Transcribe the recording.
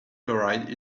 chloride